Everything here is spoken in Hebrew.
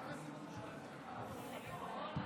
קורונה.